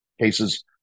cases